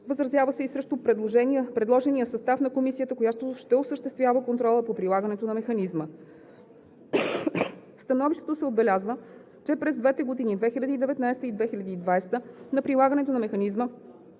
Възразява се и срещу предложения състав на комисията, която ще осъществява контрола по прилагането на механизма. В становището се отбелязва, че през двете години – 2019 г. и 2020 г., на прилагането на механизма